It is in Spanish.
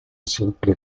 simple